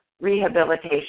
rehabilitation